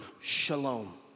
shalom